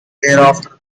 thereafter